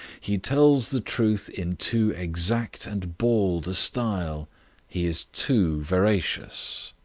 he tells the truth in too exact and bald a style he is too veracious.